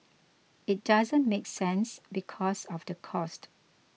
it doesn't make sense because of the cost